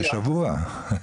בשבוע.